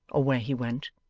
or where he went.